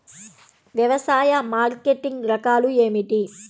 వ్యవసాయ మార్కెటింగ్ రకాలు ఏమిటి?